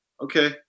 Okay